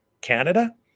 Canada